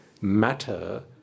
matter